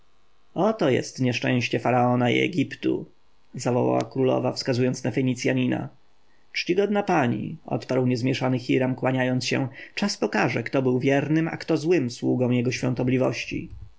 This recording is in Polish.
oto jest nieszczęście faraona i egiptu zawołała królowa wskazując na fenicjanina czcigodna pani odparł niezmieszany hiram kłaniając się czas pokaże kto był wiernym a kto złym sługą jego świątobliwości